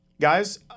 Guys